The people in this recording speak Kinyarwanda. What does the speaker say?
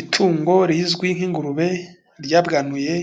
Itungo rizwi nk'ingurube ryabwanuye